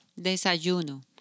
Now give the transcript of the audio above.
Desayuno